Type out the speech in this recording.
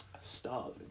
Starving